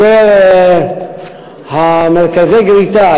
מרכזי הגריטה,